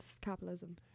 capitalism